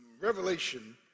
Revelation